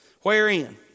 Wherein